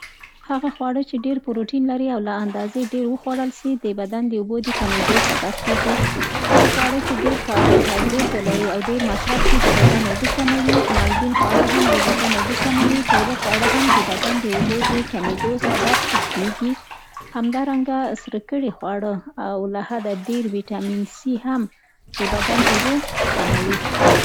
هغه خواړه چې ډېر پروټین لري او له اندازې ډېر وخوړل سي، د بدن د اوبو د کمښت سبب کېږي. هغه خواړه چې ډېر کاربوهډریت ولري او ډېر مصرف سي، د بدن اوبه کموي. مالګین خواړه هم د بدن اوبه کموي، ترواه خواړه هم د بدن د اوبو د کمېدو سبب کېږي. همدارنګه سره کړي خواړه او له حده ډېر ویټامین سي هم د بدن اوبه کموي.